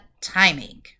timing